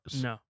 no